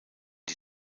die